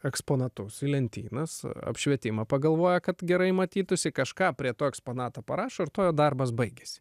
eksponatus į lentynas apšvietimą pagalvoja kad gerai matytųsi kažką prie to eksponato parašo ir tuo jo darbas baigiasi